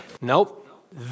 Nope